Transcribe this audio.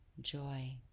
Joy